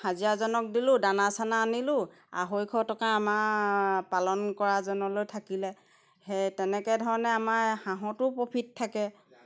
হাজিৰাজনক দিলোঁ দানা চানা আনিলোঁ আঢ়ৈশ টকা আমাৰ পালন কৰাজনলৈ থাকিলে সেই তেনেকৈ ধৰণে আমাৰ হাঁহতো প্ৰফিট থাকে